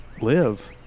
live